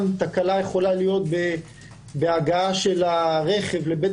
גם תקלה יכולה להיות בהגעת הרכב לבית